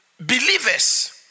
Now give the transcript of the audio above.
believers